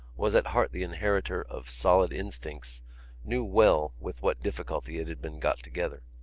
was at heart the inheritor of solid instincts knew well with what difficulty it had been got together.